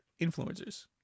influencers